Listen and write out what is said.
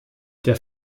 der